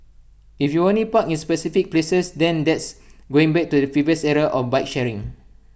if you only park in specific places then that's going back to the previous era of bike sharing